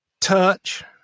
touch